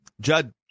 Judd